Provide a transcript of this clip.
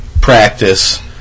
practice